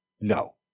no